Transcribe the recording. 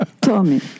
Tommy